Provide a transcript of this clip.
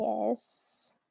Yes